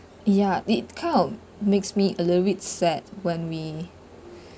ya it kind of makes me a little bit sad when we